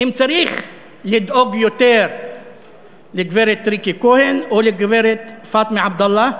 אם צריך לדאוג יותר לגברת ריקי כהן או לגברת פאטמה עבדאללה,